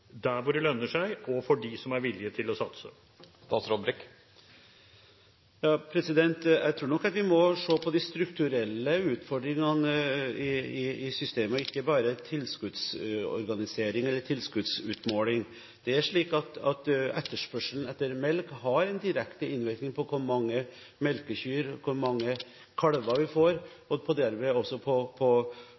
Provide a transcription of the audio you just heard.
der hvor det lønner seg, og for dem som er villige til å satse. Jeg tror nok vi må se på de strukturelle utfordringene i systemet og ikke bare på tilskuddsorganisering, eller tilskuddsutmåling. Etterspørselen etter melk har en direkte innvirkning på hvor mange melkekyr og hvor mange kalver vi får, og derved også en innvirkning på